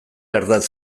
ardatz